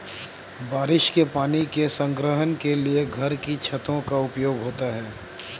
बारिश के पानी के संग्रहण के लिए घर की छतों का उपयोग होता है